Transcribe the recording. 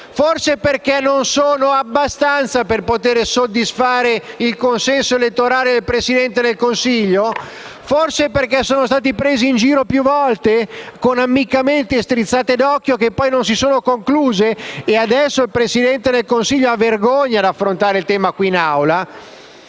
Forse perché non sono abbastanza per poter soddisfare il consenso elettorale del Presidente del Consiglio? Forse perché sono stati presi in giro più volte, con ammiccamenti e strizzate d'occhio che poi non si sono concluse, e adesso il Presidente del Consiglio ha vergogna ad affrontare il tema qui in Aula?